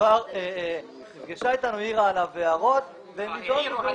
כבר נפגשה אתנו והעירה הערות והן נדונו.